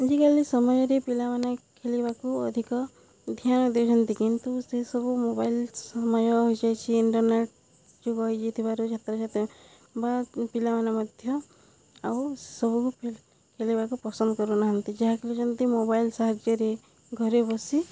ଆଜିକାଲି ସମୟରେ ପିଲାମାନେ ଖେଳିବାକୁ ଅଧିକ ଧ୍ୟାନ ଦେଉଛନ୍ତି କିନ୍ତୁ ସେସବୁ ମୋବାଇଲ ସମୟ ହୋଇଯାଇଛି ଇଣ୍ଟରନେଟ ଯୁଗ ହେଇଯାଇଥିବାରୁ ଛାତ୍ରଛାତ୍ରୀ ବା ପିଲାମାନେ ମଧ୍ୟ ଆଉ ସବୁକୁ ଖେଳିବାକୁ ପସନ୍ଦ କରୁନାହାନ୍ତି ଯାହାକରୁଛନ୍ତି ମୋବାଇଲ ସାହାଯ୍ୟରେ ଘରେ ବସି